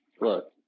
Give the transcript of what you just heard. Look